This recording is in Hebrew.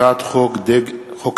הצעת חוק הדגל,